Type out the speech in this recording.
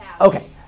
Okay